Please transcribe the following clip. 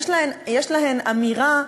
יש להן אמירה,